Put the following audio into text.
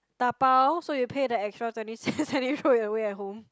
dabao so you pay the extra twenty cents and you throw it away at home